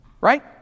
Right